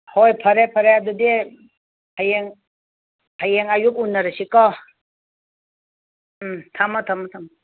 ꯍꯣꯏ ꯐꯔꯦ ꯐꯔꯦ ꯑꯗꯨꯗꯤ ꯍꯌꯦꯡ ꯍꯌꯦꯡ ꯑꯌꯨꯛ ꯎꯅꯔꯁꯤꯀꯣ ꯎꯝ ꯊꯝꯃꯣ ꯊꯝꯃꯣ ꯊꯝꯃꯣ